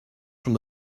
from